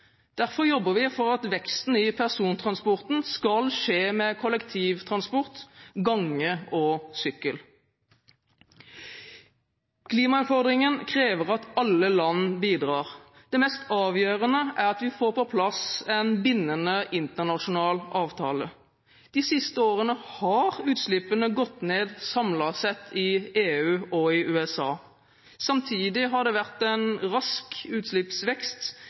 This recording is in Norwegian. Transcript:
Derfor jobber vi for at veksten i persontransporten skal skje med kollektivtransport, gange og sykkel. Klimautfordringen krever at alle land bidrar. Det mest avgjørende er at vi får på plass en bindende internasjonal avtale. De siste årene har utslippene gått ned samlet sett i EU og i USA. Samtidig har det vært en rask utslippsvekst